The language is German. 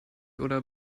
oder